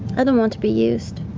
i don't want to be used.